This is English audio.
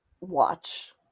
watch